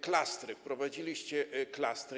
Klastry, wprowadziliście klastry.